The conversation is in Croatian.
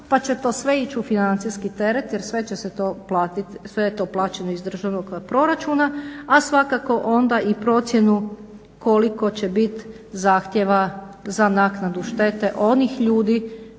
pa će to se ići u financijski teret jer sve će se to platit, sve je to plaćeno iz državnog proračuna, a svakako onda i procjenu koliko će bit zahtjeva za naknadu štete onih ljudi